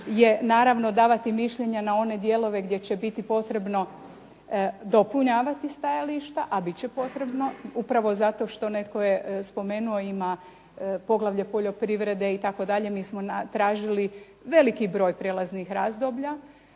je naravno davati mišljenja na one dijelove gdje će biti potrebno dopunjavati stajališta, a bit će potrebno upravo zato što, netko je spomenuo, ima poglavlje poljoprivrede itd. Mi smo tražili veliki broj prijelaznih razdoblja.